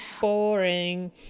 Boring